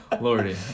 Lordy